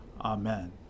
Amen